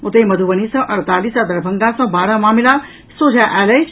ओतहि मधुबनी सॅ अड़तालीस आ दरभंगा सॅ बारह मामिला सोझा आयल अछि